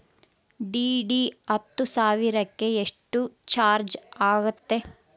DD ಹತ್ತು ಸಾವಿರಕ್ಕೆ ಎಷ್ಟು ಚಾಜ್೯ ಆಗತ್ತೆ?